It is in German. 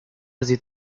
sie